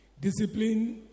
discipline